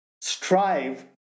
strive